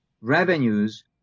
revenues